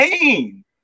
pain